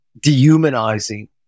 dehumanizing